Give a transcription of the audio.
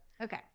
Okay